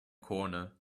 corner